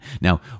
Now